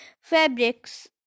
Fabrics